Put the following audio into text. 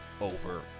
over